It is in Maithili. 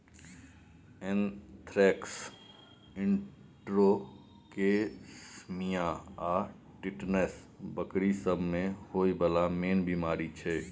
एन्थ्रेक्स, इंटरोटोक्सेमिया आ टिटेनस बकरी सब मे होइ बला मेन बेमारी छै